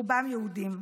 רובם יהודים.